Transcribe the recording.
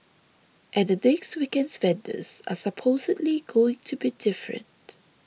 and the next weekend's vendors are supposedly going to be different